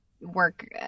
work